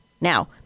Now